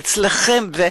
אצלכם,